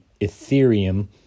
Ethereum